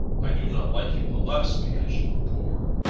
i do not like you the less because you are poor.